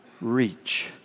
reach